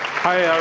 hi, ah